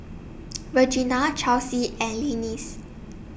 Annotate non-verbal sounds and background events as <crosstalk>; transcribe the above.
<noise> Regena Chelsie and Lillis